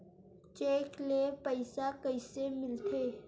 Cheque ले पईसा कइसे मिलथे?